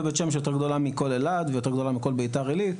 בבית שמש יותר גדולה מכל אלעד ויותר גדולה מכל בית"ר עילית.